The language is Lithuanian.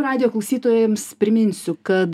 radijo klausytojams priminsiu kad